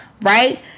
right